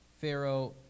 Pharaoh